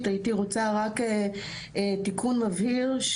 הייתי רוצה רק תיקון מבהיר.